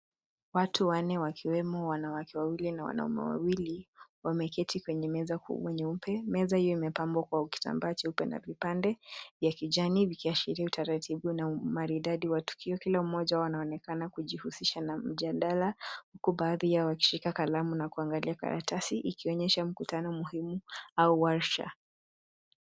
Watu wanne wakiwemo wanawake wawili na wanaume wawili, wameketi kwenye meza kubwa nyeupe. Meza hiyo imepambwa kwa kitambaa cheupe na vipande vya kijani vikiashiria utaratibu na umaridadi wa tukio. Kila mmoja wao anaonekana kujihusisha na mjadala, huku baadhi yao wakishika kalamu na kuangalia karatasi ikionyesha mkutano muhimu au warsha.